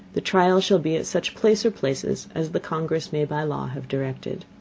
the trial shall be at such place or places as the congress may by law have directed.